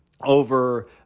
over